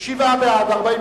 ג'מאל